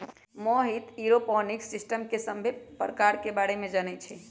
Mohit aeroponics system के सभ्भे परकार के बारे मे जानई छई